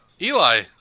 Eli